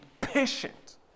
patient